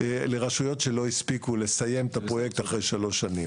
לרשויות שלא הספיקו לסיים את הפרויקט אחרי שלוש שנים.